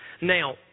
Now